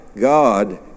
God